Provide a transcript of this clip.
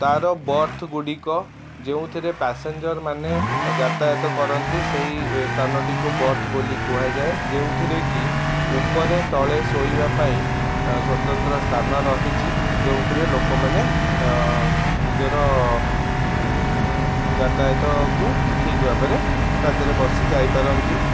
ତାର ବର୍ଥ ଗୁଡ଼ିକ ଯେଉଁଥିରେ ପ୍ୟାସେନଜର ମାନେ ଯାତାୟତ କରନ୍ତି ସେହି ସ୍ଥାନ ଟିକୁ ବର୍ଥ ବୋଲି କୁହାଯାଏ ଯେଉଁଥିରେ କି ଉପରେ ତଳେ ଶୋଇବା ପାଇଁ ସ୍ଵତନ୍ତ୍ର ସ୍ଥାନ ରହିଛି ଯେଉଁଥିରେ ଲୋକମାନେ ନିଜର ଯାତାୟତକୁ ଠିକ୍ ଭାବରେ ତା ଧିଅରେ ବସି ଯାଇପାରନ୍ତି